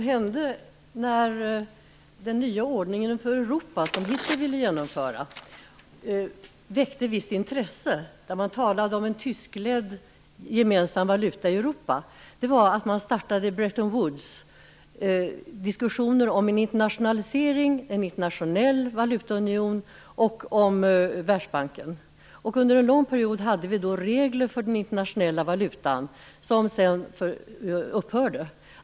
Herr talman! Den nya ordning för Europa som Hitler ville genomföra väckte ett visst intresse. Man talade om en tyskledd gemensam valuta i Europa. Då startade västländerna Bretton Woods-diskussionerna om internationalisering, om en internationell valutaunion och om Världsbanken. Under en lång period hade vi då regler för den internationella valutan som sedan upphörde.